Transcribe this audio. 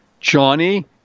Johnny